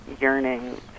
yearning